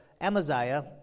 amaziah